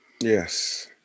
Yes